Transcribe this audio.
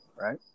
right